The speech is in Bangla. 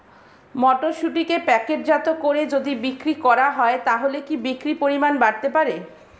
মটরশুটিকে প্যাকেটজাত করে যদি বিক্রি করা হয় তাহলে কি বিক্রি পরিমাণ বাড়তে পারে?